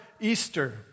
Easter